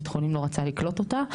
בית חולים לא רצה לקלוט אותה,